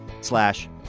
slash